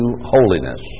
holiness